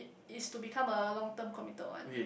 it's to become a long term committed one